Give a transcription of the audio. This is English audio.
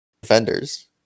defenders